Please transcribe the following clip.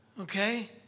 okay